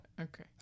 Okay